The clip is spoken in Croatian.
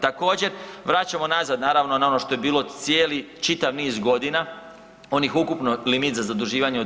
Također vraćamo nazad naravno na ono što je bilo cijeli, čitav niz godina, onih ukupno limit za zaduživanje od 3%